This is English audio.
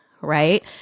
right